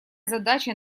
задача